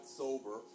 sober